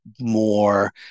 more